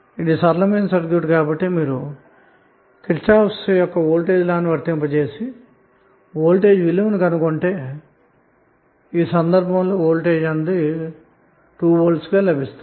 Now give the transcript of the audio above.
ఇది సరళమైన సర్క్యూట్ కాబట్టి KVL ను వర్తింపజెసి వోల్టేజ్ విలువను కనుగొంటే ఈ సందర్భంలో2 V లభిస్తుంది